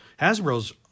hasbro's